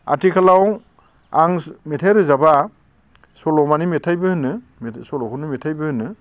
आथिखालाव आं मेथाइ रोजाबा सल' माने मेथाइबो होनो सल'खोनो मेथाइबो होनो